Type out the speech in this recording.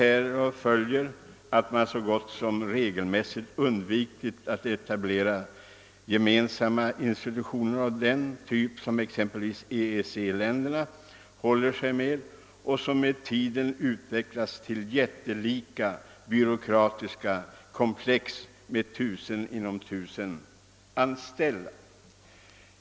Härav följer att man så gott som regelmässigt undvikit att etablera gemensamma institutioner av den typ, som exempelvis EEC-länderna inrättat och som med tiden utvecklats till jättelika byråkratiska komplex med tusen sinom tusen anställda.